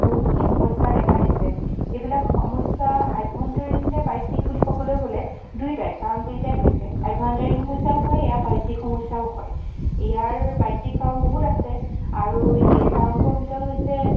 বহুখিনি সমস্যা দেখা দিছে এইবিলাক সমস্যা আভ্যন্তৰীণ নে বাহ্যিক বুলি ক'বলৈ গ'লে দুইটাই কাৰণ দুইটাই হৈছে আভ্যন্তৰীণ সমস্যাও হয় এয়া বাহ্যিক সমস্যাও হয় ইয়াৰ বাহ্যিক কাৰণ বহুত আছে আৰু এই কাৰণবোৰ ভিতৰত হৈছে